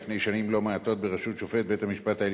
חוק ומשפט,